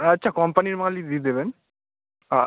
আচ্ছা কম্পানির মালই দিই দেবেন আ